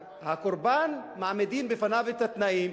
הקורבן, מעמידים בפניו את התנאים.